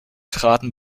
traten